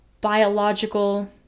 biological